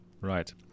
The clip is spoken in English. right